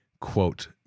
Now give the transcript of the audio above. quote